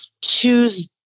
choose